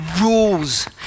rules